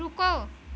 रुको